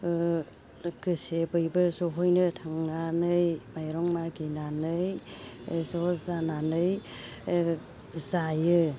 ओ लोगोसे बैबो जयैनो थांनानै माइरं मागिनानै ओ ज' जानानै ओ जायो